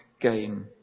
game